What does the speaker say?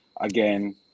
Again